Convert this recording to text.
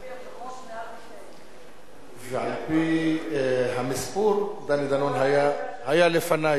ועל-פי המספור, דני דנון היה לפנייך,